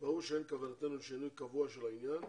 ברור שאין כוונתנו לשינוי קבוע של העניין,